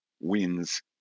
wins